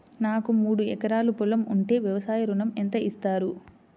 నాకు మూడు ఎకరాలు పొలం ఉంటే వ్యవసాయ ఋణం ఎంత ఇస్తారు?